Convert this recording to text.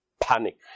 Panic